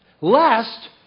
Lest